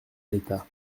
l’état